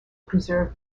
preserve